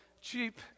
cheap